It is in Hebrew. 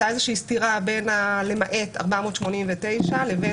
הייתה איזושהי סתירה בין למעט 489 לבין